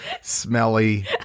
Smelly